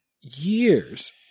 Years